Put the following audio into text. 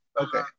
Okay